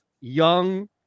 young